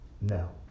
no